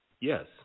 Yes